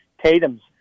Tatum's